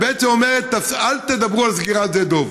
היא בעצם אומרת: אל תדברו על סגירת שדה דב,